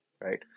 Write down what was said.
right